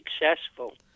successful